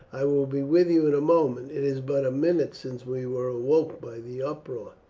i will be with you in a moment it is but a minute since we were awoke by the uproar.